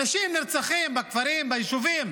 אנשים נרצחים בכפרים, ביישובים